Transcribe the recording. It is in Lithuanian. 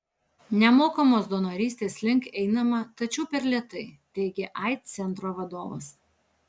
nemokamos donorystės link einama tačiau per lėtai teigė aids centro vadovas